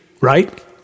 right